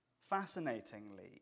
Fascinatingly